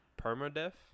perma-death